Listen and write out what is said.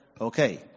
Okay